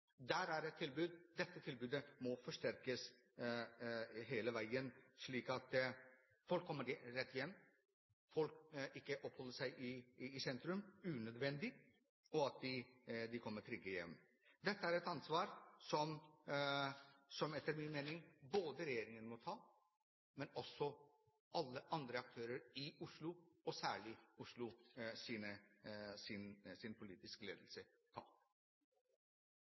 er et tilbud, men dette tilbudet må forsterkes hele veien, slik at folk kan dra rett hjem, at de ikke oppholder seg i sentrum unødvendig, men kommer seg trygt hjem. Dette er et ansvar som, etter min mening, både regjeringen og også alle andre aktører i Oslo, særlig